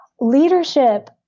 Leadership